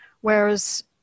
Whereas